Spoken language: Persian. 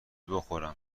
بخورم